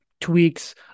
tweaks